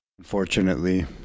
Unfortunately